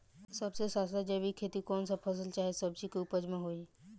सबसे सस्ता जैविक खेती कौन सा फसल चाहे सब्जी के उपज मे होई?